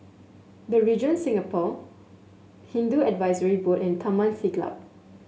The Regent Singapore Hindu Advisory Board and Taman Siglap